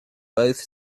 both